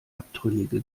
abtrünnige